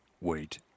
Wait